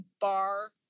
bar